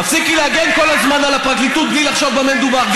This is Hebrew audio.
תפסיקי להגן כל הזמן על הפרקליטות בלי לחשוב במה מדובר.